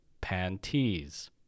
panties